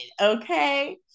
okay